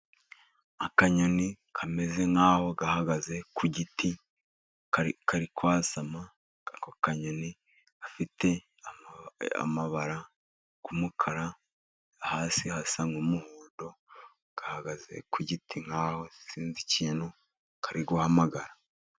Akanyoni kameze nk'aho gahagaze ku giti kari kwasama, ako kanyoni gafite amabara y'umukara, hasi hasa nk'umuhondo, gahagaze ku giti nk'aho sinzi ikintu kari guhamagara.